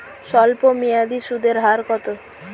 স্বল্পমেয়াদী সুদের হার কত?